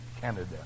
Canada